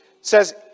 Says